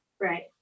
Right